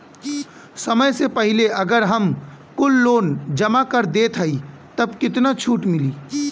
समय से पहिले अगर हम कुल लोन जमा कर देत हई तब कितना छूट मिली?